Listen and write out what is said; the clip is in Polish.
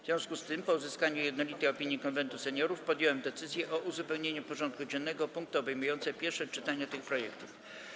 W związku z tym, po uzyskaniu jednolitej opinii Konwentu Seniorów, podjąłem decyzję o uzupełnieniu porządku dziennego o punkty obejmujące pierwsze czytania tych projektów.